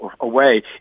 away